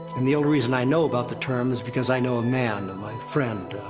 and the only reason i know about the term is because i know a man, and my friend.